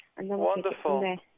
Wonderful